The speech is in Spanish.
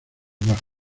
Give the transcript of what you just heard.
bajo